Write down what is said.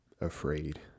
afraid